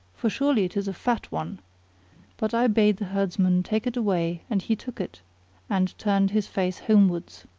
for surely it is a fat one but i bade the herdsman take it away and he took it and turned his face homewards.